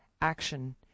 action